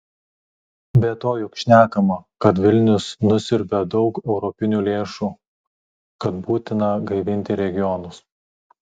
be to juk šnekama kad vilnius nusiurbia daug europinių lėšų kad būtina gaivinti regionus